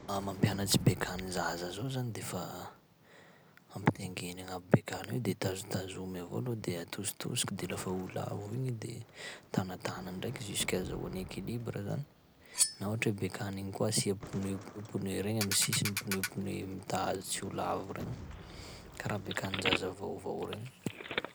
Laha mampianatsy bekany zaza zao zany de fa ampitaingena agnabo bekany eo i, de tazotazomy avao aloha, de atositosiky, de lafa ho lavo igny i de tanatana ndraiky jusk' azahoany équilibre zany, na ohatry hoe bekany igny koa asia pneu-p- pneu regny amy sisiny, pneu-pneu mitazo tsy ho lavo regny karaha bekanin-jaza vaovao regny.